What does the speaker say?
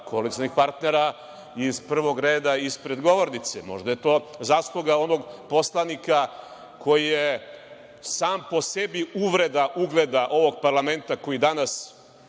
koalicionih partnera iz prvog reda ispred govornice. Možda je to zasluga onog poslanika koji je sam po sebi uvreda ugleda ovog parlamenta, koji danas